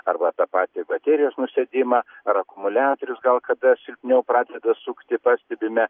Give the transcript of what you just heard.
arba apie patį baterijos nusėdimą ar akumuliatorius gal kada silpniau pradeda sukti pastebime